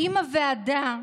אם הוועדה,